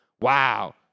wow